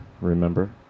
Remember